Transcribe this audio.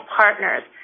partners